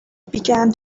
began